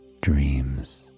dreams